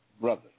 brother